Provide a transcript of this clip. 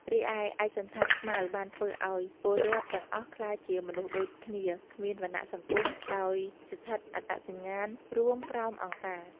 រីឯ ឯកសណ្ឋានខ្មៅបានធ្វើឱ្យពលរដ្ឋទាំងអស់ក្លាយជាមនុស្សដូចគ្នា គ្មានវណ្ណៈសង្គម ដោយស្ថិតអត្តសញ្ញាណរួមក្រោម "អង្គការ"។